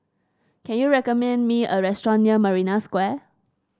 can you recommend me a restaurant near Marina Square